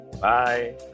Bye